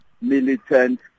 Militant